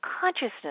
consciousness